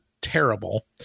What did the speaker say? terrible